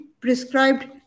prescribed